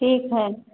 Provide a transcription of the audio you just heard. ठीक हइ